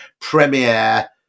premiere